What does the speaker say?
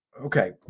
okay